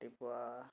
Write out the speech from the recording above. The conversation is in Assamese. ৰাতিপুৱা